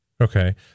Okay